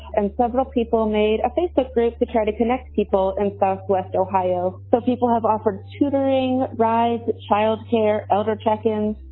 and several people made a face to face to try to connect people in southwest ohio. so people have offered tutoring, rides, child care. elder check in.